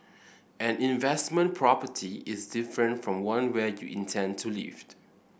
an investment property is different from one where you intend to lived